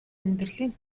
амьдралын